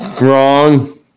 Wrong